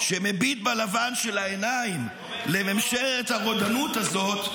-- שמביט בלבן של העיניים לממשלת הרודנות הזאת,